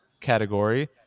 category